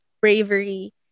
bravery